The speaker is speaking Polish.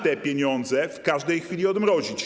Te pieniądze w każdej chwili można odmrozić.